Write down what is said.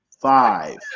five